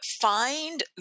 find